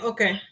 Okay